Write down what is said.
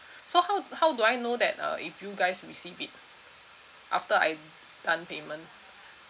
so how how do I know that uh if you guys received it after I done payment